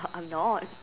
I'm not